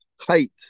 height